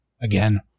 again